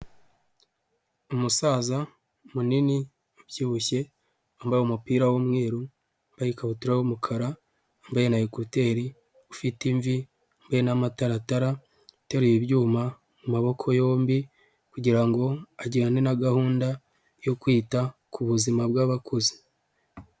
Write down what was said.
Umusaza munini, ubyibushye wambaye umupira w'umweru, wambaye ikabutura y'umukara, wambaye na ekuteri, ufite imvi, wambaye n'amataratara, ateruye ibyuma mu maboko yombi kugira ngo ajyane na gahunda yo kwita ku buzima bw'abakuze.